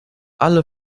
alle